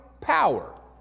power